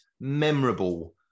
memorable